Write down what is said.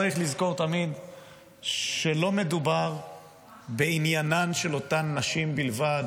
צריך לזכור תמיד שלא מדובר בעניינן של אותן נשים בלבד